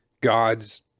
God's